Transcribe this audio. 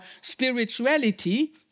spirituality